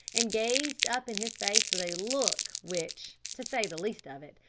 and gazed up in his face with a look which, to say the least of it,